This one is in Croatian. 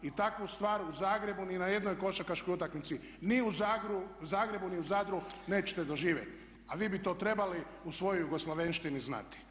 I takvu stvar u Zagrebu ni na jednoj košarkaškoj utakmici ni u Zagrebu ni u Zadru nećete doživjeti a vi bi to trebali u svojoj jugoslavenštini znati.